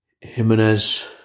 Jimenez